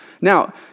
Now